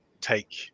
take